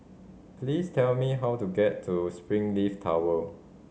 please tell me how to get to Springleaf Tower